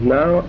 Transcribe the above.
now